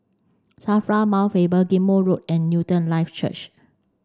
SAFRA Mount Faber Ghim Moh Road and Newton Life Church